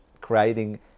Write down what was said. creating